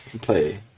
play